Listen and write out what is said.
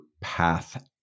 path